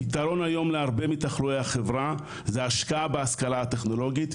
הפתרון היום להרבה מתחלואי החברה זה השקעה בהשכלה הטכנולוגית,